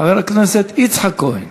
וחבר הכנסת יצחק כהן.